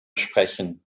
sprechen